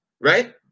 right